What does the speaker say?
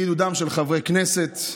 בעידודם של חברי כנסת,